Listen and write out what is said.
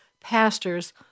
pastors